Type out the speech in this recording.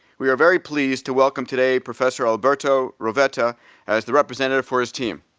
we are very pleased to welcome today professor alberto rovetta as the representative for his team.